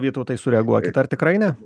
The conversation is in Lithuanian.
vytautai sureaguokit ar tikrai ne